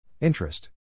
interest